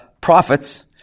prophets